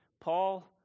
Paul